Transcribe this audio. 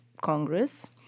Congress